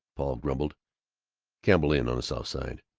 paul grumbled campbell inn, on the south side.